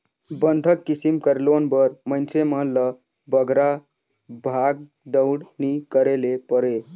बंधक किसिम कर लोन बर मइनसे मन ल बगरा भागदउड़ नी करे ले परे